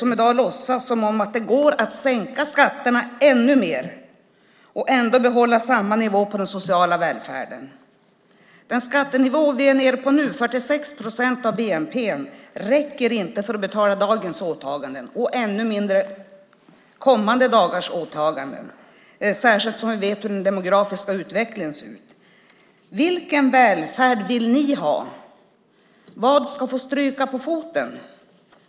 Man låtsas i dag som att det går att sänka skatterna och ändå behålla samma nivå på den sociala välfärden. Den skattenivå vi nu har på 46 procent av bnp räcker inte för att betala dagens åtaganden och ännu mindre kommande dagars åtaganden. Det gäller särskilt som vi vet hur den demografiska utvecklingen ser ut. Vilken välfärd vill ni ha? Vad ska få stryka på foten?